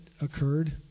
occurred